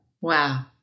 Wow